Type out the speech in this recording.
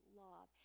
love